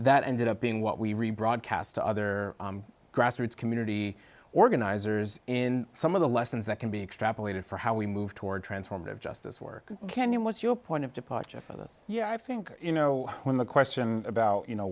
that ended up being what we rebroadcast to other grassroots community organizers in some of the lessons that can be extrapolated for how we move toward transformative justice work can you what's your point of departure for that yeah i think you know when the question about you know